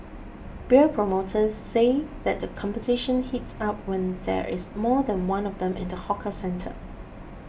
beer promoters say that the competition heats up when there is more than one of them in the hawker centre